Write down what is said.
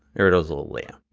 there is a layer.